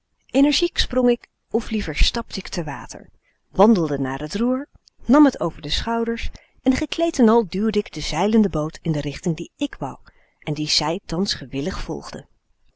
energiek sprong k of liever stapte k te water wandelde naar het roer nam het over de schouders en gekleed en al duwde k de zeilende boot in de richting die i k wou en die zij thans g